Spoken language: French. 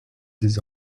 des